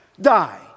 Die